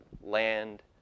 land